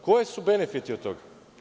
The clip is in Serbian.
Koji su benefiti od toga?